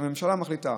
כשהממשלה מחליטה